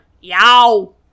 Yow